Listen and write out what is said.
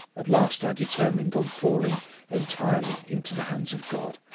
at last i determined on falling entirely into the hands of god,